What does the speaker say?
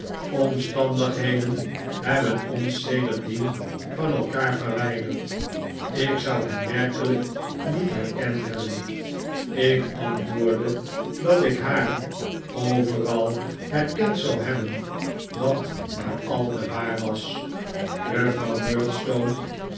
omstandigheden hebben ons sedertdien van elkaar verwijderd ik zou hem werkelijk niet herkend hebben ik antwoordde dat ik haar overal herkend zou hebben wat maar al te waar was